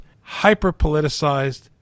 hyper-politicized